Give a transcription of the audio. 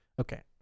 okay